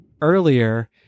earlier